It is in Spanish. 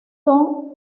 son